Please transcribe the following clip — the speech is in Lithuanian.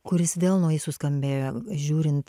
kuris vėl naujai suskambėjo žiūrint